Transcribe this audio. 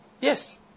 Yes